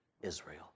Israel